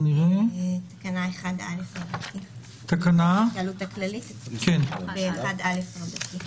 בתקנה 1א. לדעתי יש טעות במסמך כי כתוב בדברי ההסבר